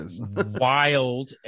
wild